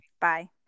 bye